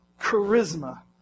charisma